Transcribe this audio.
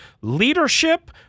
leadership